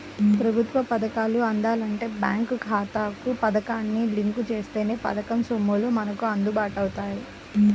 ప్రభుత్వ పథకాలు అందాలంటే బేంకు ఖాతాకు పథకాన్ని లింకు జేత్తేనే పథకం సొమ్ములు మనకు అందుతాయంట